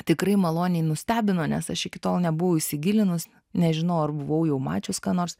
tikrai maloniai nustebino nes aš iki tol nebuvau įsigilinus nežinau ar buvau jau mačius ką nors